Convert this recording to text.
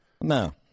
No